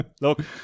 look